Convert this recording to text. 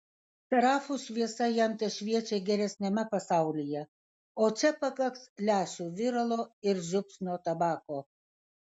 serafų šviesa jam tešviečia geresniame pasaulyje o čia pakaks lęšių viralo ir žiupsnio tabako